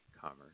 commerce